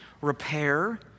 repair